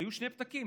היו שני פתקים.